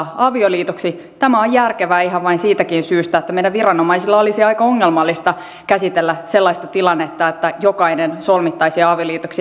tämä on järkevää ihan vain siitäkin syystä että meidän viranomaisilla olisi aika ongelmallista käsitellä sellaista tilannetta että jokainen solmittaisiin avioliitoksi erikseen